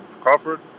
Crawford